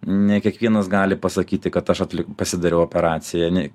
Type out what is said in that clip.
ne kiekvienas gali pasakyti kad aš atli pasidariau operaciją ne